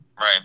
Right